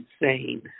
insane